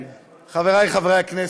חברי חברי הכנסת,